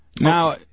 Now